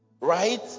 Right